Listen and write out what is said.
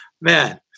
Man